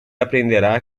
aprenderá